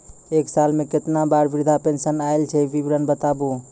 एक साल मे केतना बार वृद्धा पेंशन आयल छै विवरन बताबू?